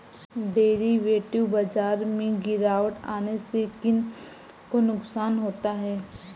Derivative बाजार में गिरावट आने से किन को नुकसान होता है?